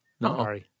No